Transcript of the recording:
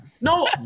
No